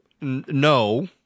No